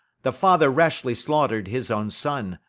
the father rashly slaughter'd his own son,